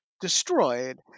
destroyed